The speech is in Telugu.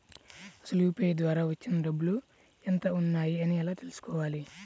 అసలు యూ.పీ.ఐ ద్వార వచ్చిన డబ్బులు ఎంత వున్నాయి అని ఎలా తెలుసుకోవాలి?